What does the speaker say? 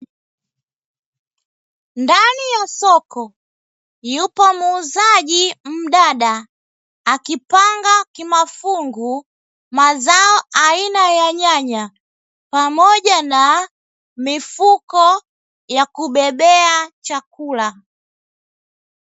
Ndani ya soko yupo muuzaji mdada akipanga kimafungu mazao aina ya nyanya pamoja na mifuko ya kubebea chakula.